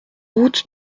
route